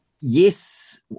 yes